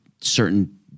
certain